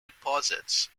deposits